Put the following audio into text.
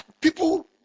people